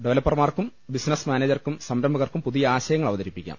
ഡെവലപ്പർമാർക്കും business മാനേജർമാർക്കും സംരഭകർക്കും പുതിയ ആശയങ്ങൾ അവതരിപ്പി ക്കാം